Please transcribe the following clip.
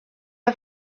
her